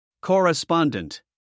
Correspondent